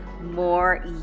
more